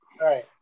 Right